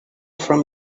from